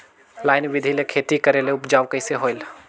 Line बिधी ले खेती करेले उपजाऊ कइसे होयल?